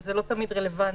וזה לא תמיד רלוונטי.